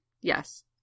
Yes